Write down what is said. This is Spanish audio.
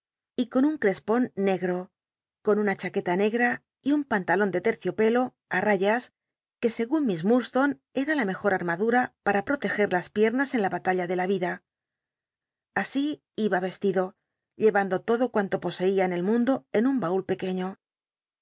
y con un ctcspon negro con una chaqueta negta y un pantalon de terciopelo rayas que segun miss urdslonc era la mejor armadura pata proteger las piernas en la bat alla de la ida así iba vestido llcrando l odo cuanto poscia en el mundo en un baul pequeño